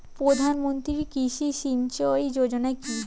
প্রধানমন্ত্রী কৃষি সিঞ্চয়ী যোজনা কি?